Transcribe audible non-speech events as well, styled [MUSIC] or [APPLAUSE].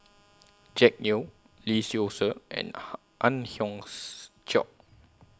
Jack Neo Lee Seow Ser and [UNINTELLIGIBLE] Ang Hiong Chiok